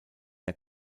der